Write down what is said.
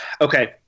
okay